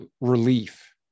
Relief